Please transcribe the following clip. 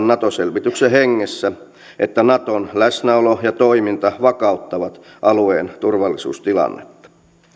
nato selvityksen hengessä että naton läsnäolo ja toiminta vakauttavat alueen turvallisuustilannetta